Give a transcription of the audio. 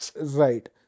Right